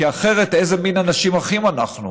כי אחרת איזה מין אנשים אחים אנחנו?